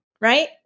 right